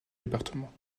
département